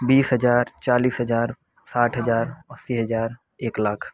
बीस हज़ार चालीस हज़ार साठ हज़ार अस्सी हज़ार एक लाख